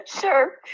Sure